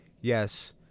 Yes